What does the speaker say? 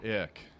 Ick